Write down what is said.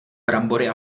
brambory